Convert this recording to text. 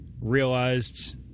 realized